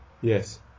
Yes